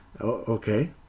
Okay